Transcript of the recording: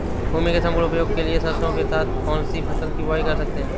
भूमि के सम्पूर्ण उपयोग के लिए सरसो के साथ कौन सी फसल की बुआई कर सकते हैं?